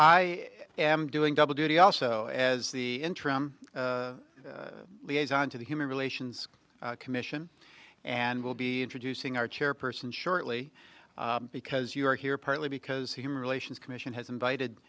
i am doing double duty also as the interim liaison to the human relations commission and will be introducing our chairperson shortly because you are here partly because human relations commission has invited